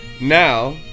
Now